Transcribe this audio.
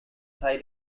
thai